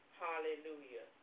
hallelujah